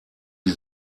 die